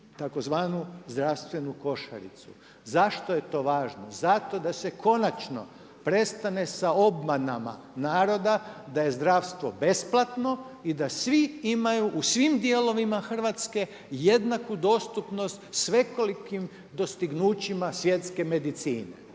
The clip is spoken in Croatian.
tzv. zdravstvenu košaricu. Zašto je to važno? Zato da se konačno prestane sa obmanama naroda da je zdravstvo besplatno i da svi imaju u svim dijelovima Hrvatske jednaku dostupnost svekolikim dostignućima svjetske medicine,